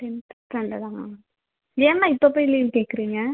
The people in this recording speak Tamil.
டென்த்து ஸ்டாண்டர்ட்டாம்மா ஏம்மா இப்போ போய் லீவ் கேட்குறீங்க